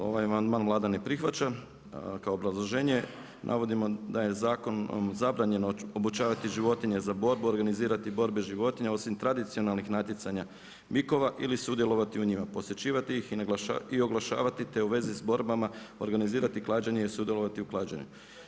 Ovaj amandman Vlada ne prihvaća a kao obrazloženje navodimo da je zakonom zabranjeno obučavati životinje za borbu, organizirati borbe životinja osim tradicionalnih natjecanja bikova ili sudjelovati u njima, posjećivati ih i oglašavati te u vezi s borbama organizirati klađenje i sudjelovati u klađenju.